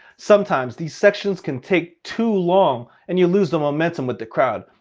sometimes these sections can take too long and you lose the momentum with the crowd.